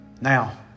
Now